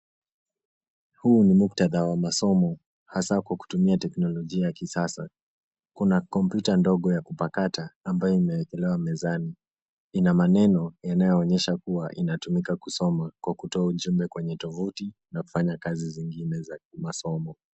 Huu ni muktadha wa masomo, hasa kwa kutumia teknolojia ya kisasa. Kuna kompyuta ndogo ya kupakata ambayo imewekelewa mezani. Ina maneno yanayoonyesha kuwa inatumika kusoma kwa kutoa ujumbe kwenye tovuti na kufanya kazi zingine za kimasomo.